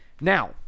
Now